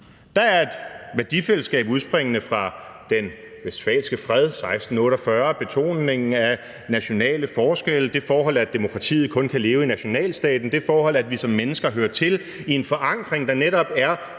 Der er et værdifællesskab udspringende fra den westfalske fred i 1648, betoningen af nationale forskelle, det forhold, at demokratiet kun kan leve i nationalstaten, det forhold, at vi som mennesker hører til i en forankring, der netop er